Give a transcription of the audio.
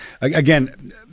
Again